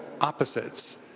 opposites